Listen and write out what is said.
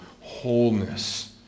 wholeness